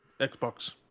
Xbox